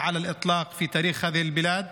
זוהי הממשלה הגרועה ביותר בהיסטוריה של המדינה הזאת.